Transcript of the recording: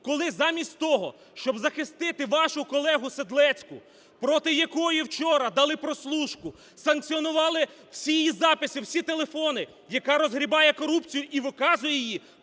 коли замість того, щоб захистити вашу колегу Седлецьку, проти якої вчора дали прослушку, санкціонували всі її записи, всі телефони, яка розгрібає корупцію і виказує її,